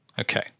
Okay